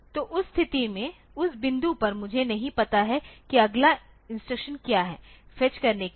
तो उस बिंदु पर मुझे नहीं पता है कि अगला इंस्ट्रक्शन क्या है फेच करने के लिए